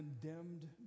condemned